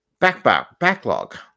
backlog